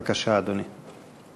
בבקשה, אדוני.